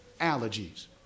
allergies